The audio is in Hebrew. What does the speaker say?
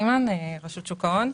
רשות שוק ההון.